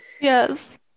Yes